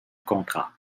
contrat